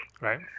Right